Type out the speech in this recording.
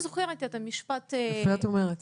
יפה אמרת.